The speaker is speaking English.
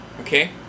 okay